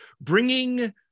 bringing